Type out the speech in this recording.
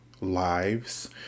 lives